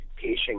patient